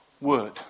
word